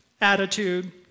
attitude